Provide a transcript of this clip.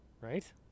Right